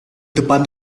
depan